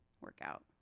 workout